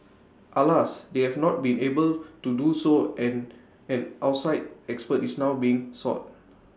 alas they have not been able to do so and an outside expert is now being sought